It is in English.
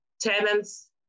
tenants